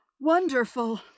wonderful